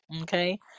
Okay